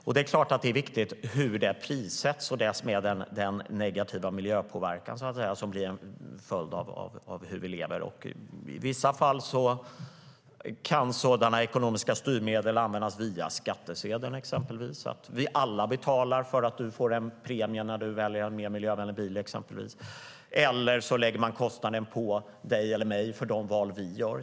Det är klart att det är viktigt hur man prissätter den negativa miljöpåverkan som blir en följd av hur vi lever. I vissa fall kan ekonomiska styrmedel användas via skattsedeln, så att vi alla betalar för att du får en premie när du väljer en mer miljövänlig bil. Eller så lägger man med andra typer av styrningar kostnaden på dig eller mig för de val vi gör.